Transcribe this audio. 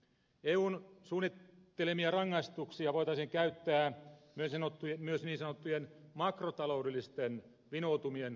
eun suunnittelemia rangaistuksia voitaisiin käyttää myös niin sanottujen makrotaloudellisten vinoutumien oikaisemiseksi